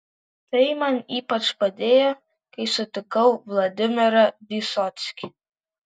tai man ypač padėjo kai sutikau vladimirą vysockį